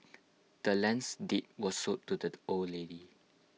the land's deed was sold to the old lady